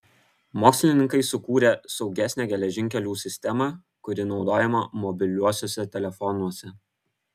mokslininkai sukūrė saugesnę geležinkelių sistemą kuri naudojama mobiliuosiuose telefonuose